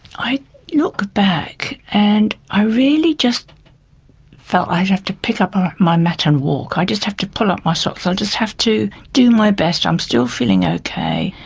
i look back and i really just felt i'd have to pick up ah my mat and walk, i just have to pull up my socks, i'll just have to do my best. i'm still feeling okay,